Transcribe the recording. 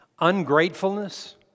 ungratefulness